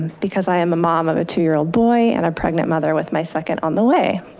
because i am a mom of a two year old boy and a pregnant mother with my second on the way.